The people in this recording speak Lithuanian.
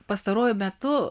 pastaruoju metu